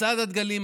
מצעד הדגלים,